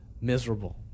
miserable